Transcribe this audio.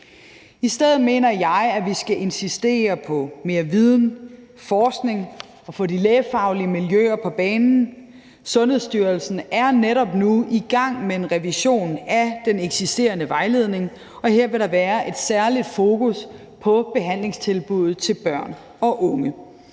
I stedet mener jeg, at vi skal insistere på mere viden og forskning og på at få de lægefaglige miljøer på banen. Kl. 19:40 Sundhedsstyrelsen er netop nu i gang med en revision af den eksisterende vejledning, og her vil der være et særligt fokus på behandlingstilbuddet til børn og unge.